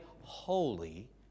holy